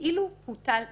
כאילו הוטל מלכתחילה."